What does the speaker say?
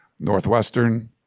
Northwestern